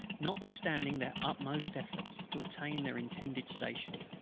notwithstanding their utmost efforts, to attain their intended stations.